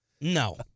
No